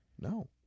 No